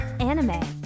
Anime